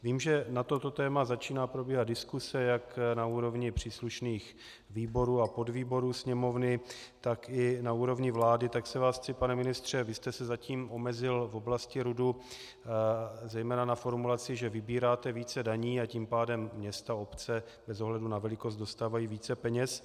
Vím, že na toto téma začíná probíhat diskuse jak na úrovni příslušných výborů a podvýborů Sněmovny, tak i na úrovni vlády, tak se vás chci, pane ministře vy jste se zatím omezil v oblasti RUD zejména na formulaci, že vybíráte více daní, a tím pádem města a obce bez ohledu na velikost dostávají více peněz.